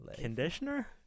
conditioner